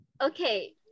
Okay